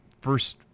first